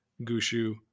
Gushu